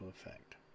effect